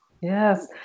yes